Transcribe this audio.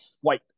white